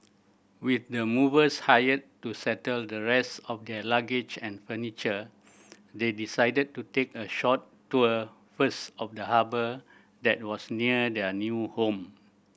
with the movers hired to settle the rest of their luggage and furniture they decided to take a short tour first of the harbour that was near their new home